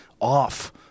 off